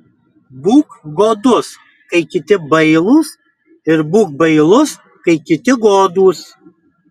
būk godus kai kiti bailūs ir būk bailus kai kiti godūs